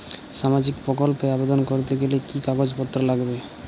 সামাজিক প্রকল্প এ আবেদন করতে গেলে কি কাগজ পত্র লাগবে?